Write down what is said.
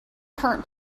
current